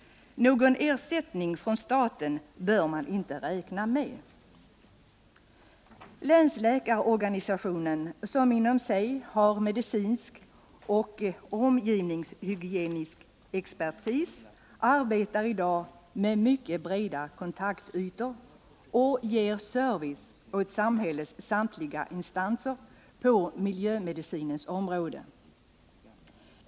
Någon ersättning från staten bör man inte räkna med. Länsläkarorganisationen, som inom sig har medicinsk och omgivningshygienisk expertis, arbetar i dag med mycket breda kontaktytor och ger service åt samhällets samtliga instanser på miljömedicinens område.